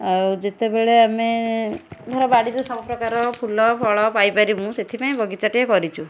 ଆଉ ଯେତେବେଳେ ଆମେ ଧର ବାଡ଼ିରୁ ସବୁପ୍ରକାର ଫୁଲ ଫଳ ପାଇପାରିମୁ ସେଥିପାଇଁ ବଗିଚାଟିଏ କରିଛୁ